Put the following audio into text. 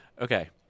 Okay